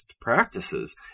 practices